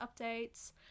updates